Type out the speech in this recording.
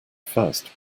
first